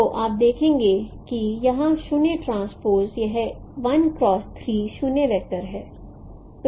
तो आप देखेंगे कि यहाँ 0 ट्रांसपोज़ यह 1 क्रॉस 3 0 वेक्टर है